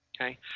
okay